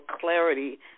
clarity